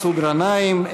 מסעוד גנאים,